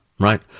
Right